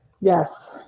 Yes